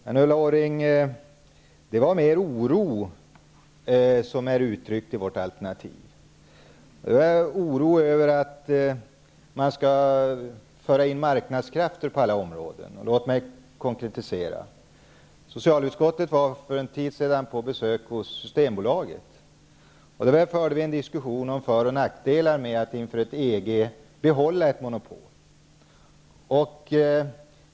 Men Ulla Orring, det är mer oro som kommer till uttryck i vårt alternati, oro över att man skall föra in marknadskrafter på alla områden. Låt mig konkretisera. Socialutskottet var för en tid sedan på besök hos Systembolaget. Där förde vi en diskussion om föroch nackdelar med att inför ett EG-medlemskap behålla ett monopol.